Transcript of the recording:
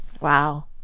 Wow